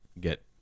get